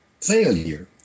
failure